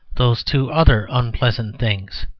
those two other unpleasant things.